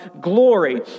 glory